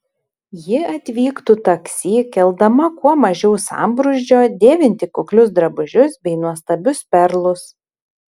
ji atvyktų taksi keldama kuo mažiau sambrūzdžio dėvinti kuklius drabužius bei nuostabius perlus